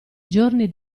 giorni